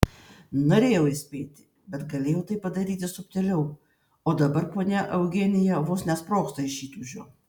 norėjau įspėti bet galėjau tai padaryti subtiliau o dabar ponia eugenija vos nesprogsta iš įtūžio